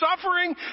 suffering